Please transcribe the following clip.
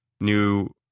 new